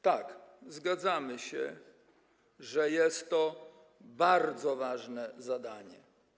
Tak, zgadzamy się, że jest to bardzo ważne zadanie.